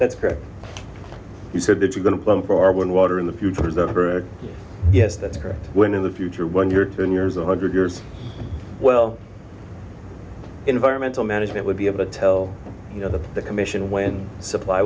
that's correct he said that we're going to plan for our water in the future is that correct yes that's correct when in the future when you're ten years one hundred years well environmental management would be able to tell you know the the commission when supply